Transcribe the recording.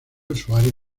usuarios